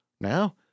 Now